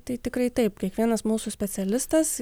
tai tikrai taip kiekvienas mūsų specialistas